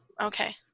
Okay